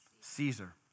Caesar